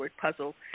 puzzle